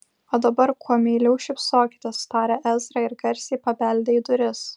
o dabar kuo meiliau šypsokitės tarė ezra ir garsiai pabeldė į duris